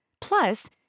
Plus